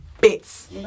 bits